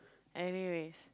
anyways